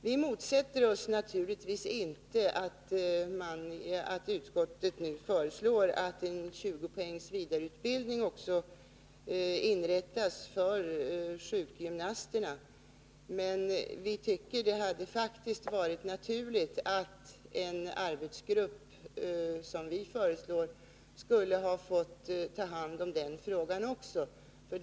Vi motsätter oss naturligtvis inte utskottets förslag att en 20 poängs vidareutbildning också inrättas för sjukgymnasterna. Vi tycker dock att det hade varit naturligt att en arbetsgrupp skulle ha fått ta hand om den frågan också, såsom vi föreslår.